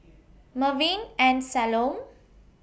Mervin and Salome